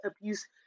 abuse